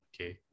Okay